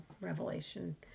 Revelation